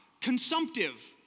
consumptive